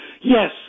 Yes